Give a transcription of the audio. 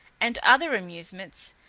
and other amusements,